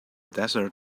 desert